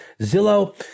Zillow